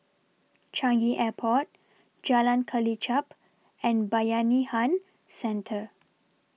Changi Airport Jalan Kelichap and Bayanihan Centre